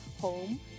home